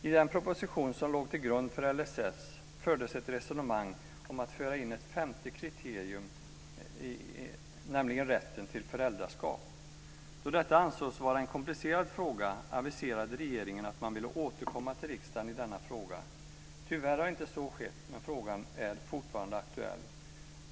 I den proposition som låg till grund för LSS fördes ett resonemang om att föra in ett femte kriterium, nämligen rätten till föräldraskap. Då detta ansågs vara en komplicerad fråga aviserade regeringen att man ville återkomma till riksdagen i denna fråga. Tyvärr har inte så skett, men frågan är fortfarande aktuell.